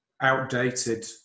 outdated